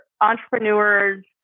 entrepreneurs